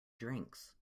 drinks